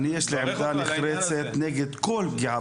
אני, יש לי עמדה נחרצת נגד כל פגיעה